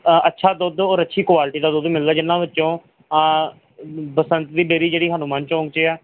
ਅੱਛਾ ਦੁੱਧ ਔਰ ਅੱਛੀ ਕੁਆਲਟੀ ਦਾ ਦੁੱਧ ਮਿਲਦਾ ਜਿੰਨ੍ਹਾਂ ਵਿੱਚੋਂ ਬਸੰਤ ਦੀ ਡੇਅਰੀ ਜਿਹੜੀ ਹਨੁਮਾਨ ਚੌਂਕ 'ਚ ਆ